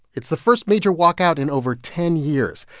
it's the first major walkout in over ten years.